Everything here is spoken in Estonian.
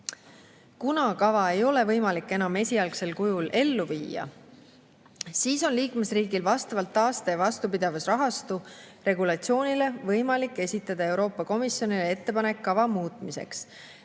Kuna kava ei ole võimalik enam esialgsel kujul ellu viia, siis on liikmesriigil vastavalt taaste- ja vastupidavusrahastu regulatsioonile võimalik esitada Euroopa Komisjonile ettepanek kava muutmiseks.